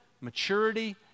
maturity